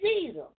Jesus